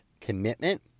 commitment